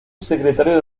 secretario